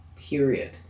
period